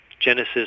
Genesis